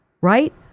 Right